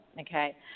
okay